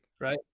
Right